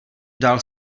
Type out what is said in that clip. dal